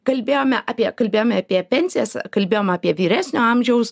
kalbėjome apie kalbėjome apie pensijas kalbėjom apie vyresnio amžiaus